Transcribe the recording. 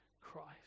Christ